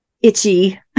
itchy